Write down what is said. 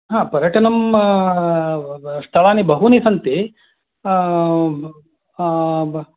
हा पर्यटनं स्थलानि बहूनि सन्ति